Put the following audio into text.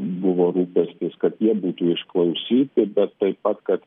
buvo rūpestis kad jie būtų išklausyti bet taip pat kad